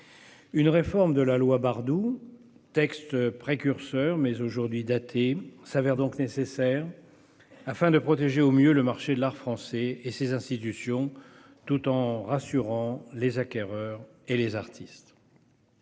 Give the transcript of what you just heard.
Une réforme de la loi Bardoux, texte précurseur, mais aujourd'hui daté, se révèle donc nécessaire, afin de protéger au mieux le marché de l'art français et ses institutions, tout en rassurant les acquéreurs et les artistes.